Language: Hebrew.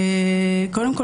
קודם כול,